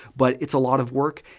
but it's a lot of work,